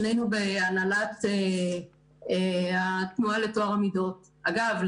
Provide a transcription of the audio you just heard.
שנינו בהנהלת התנועה לטוהר המידות אגב,